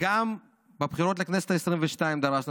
וגם בבחירות לכנסת העשרים-ושתיים דרשנו